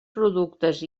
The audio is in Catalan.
productes